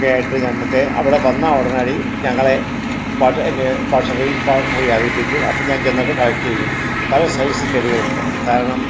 ഒക്കെയായിട്ട് നമുക്ക് അവിടെ വന്നാൽ ഉടനടി ഞങ്ങളെ വാട്ട് എന്നെ വാട്സാപ്പിൽ കൂടി അറിയിപ്പിക്കും അപ്പം ഞാൻ ചെന്നിട്ട് കളക്ട് ചെയ്യും പല സൈസ് ചെടികളുണ്ട് കാരണം